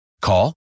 Call